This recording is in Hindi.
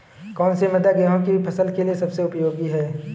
कौन सी मृदा गेहूँ की फसल के लिए सबसे उपयोगी है?